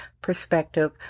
perspective